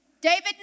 David